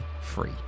free